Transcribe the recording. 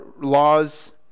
laws